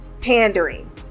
pandering